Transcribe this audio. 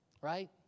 Right